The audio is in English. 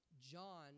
John